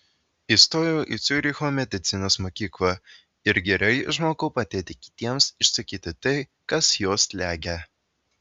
įstojau į ciuricho medicinos mokyklą ir gerai išmokau padėti kitiems išsakyti tai kas juos slegia